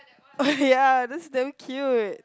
oh ya that's damn cute